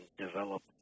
develop